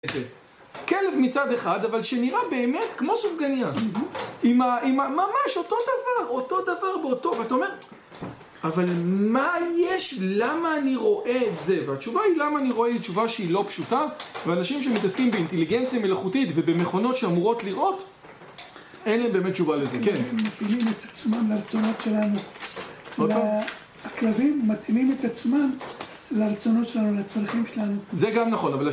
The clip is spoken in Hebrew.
כלב מצד אחד אבל שנראה באמת כמו סופגניה. ממש אותו דבר, אותו דבר ואתה אומר, אבל מה יש, למה אני רואה את זה? והתשובה היא למה אני רואה היא תשובה שהיא לא פשוטה ואנשים שמתעסקים באינטליגנציה מלאכותית ובמכונות שאמורות לראות אין להם באמת תשובה לזה. אנחנו מתאימים את עצמם לרצונות שלנו הכלבים מתאימים את עצמם לרצונות שלנו, לצרכים שלנו. זה גם נכון